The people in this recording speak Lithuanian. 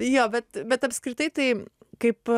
jo bet bet apskritai tai kaip